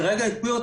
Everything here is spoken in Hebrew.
כרגע הקפיאו את